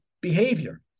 behavior